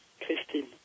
Christine